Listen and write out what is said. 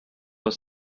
was